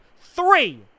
Three